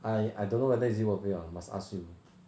I I don't know whether is it worth it or not must ask you